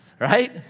right